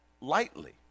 lightly